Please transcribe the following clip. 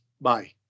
Bye